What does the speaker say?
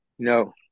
No